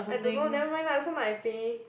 I don't know never mind lah also not I pay